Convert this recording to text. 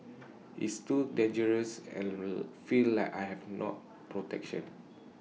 it's too dangerous and feel like I have no protection